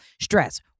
stress